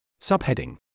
Subheading